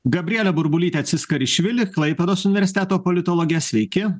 gabriele burbulyte tsiskarišvili klaipėdos universiteto politologe sveiki